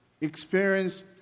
experience